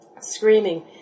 screaming